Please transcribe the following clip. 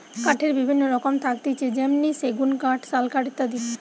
কাঠের বিভিন্ন রকম থাকতিছে যেমনি সেগুন কাঠ, শাল কাঠ ইত্যাদি